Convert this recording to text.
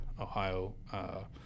Ohio